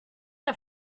are